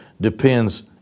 depends